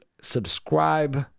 subscribe